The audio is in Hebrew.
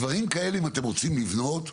דברים כאלה, אם אתם רוצים לבנות,